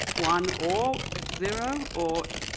one or zero, or,